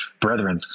brethren